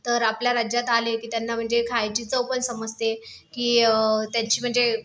तर आपल्या राज्यात आले की त्यांना म्हणजे खायची चव पण समजते की त्यांची म्हणजे